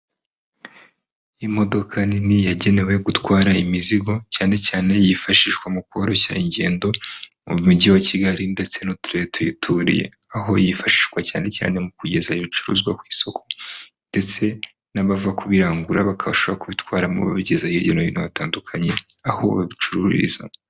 Imodoka nini yagenewe gutwara imizigo cyane cyane yifashishwa mu koroshya ingendo mu mujyi wa kigali ndetse n'uturere tuyituriye aho yifashishwa cyane cyane mu kugeza ibicuruzwa ku isoko ndetse n'abava kubirangura bakarusha kubitwaramo babigeze hirya no hino hatandukanye aho babicururiza.